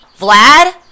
Vlad